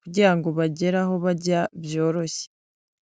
kugira ngo bagere aho bajya byoroshye.